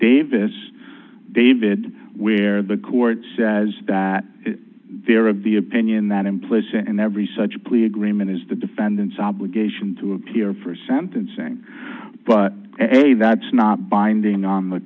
davis david where the court says that they are of the opinion that in place and every such plea agreement is the defendant's obligation to appear for sentencing but a that's not binding on the